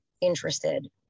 interested